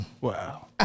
Wow